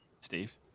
Steve